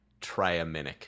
Triaminic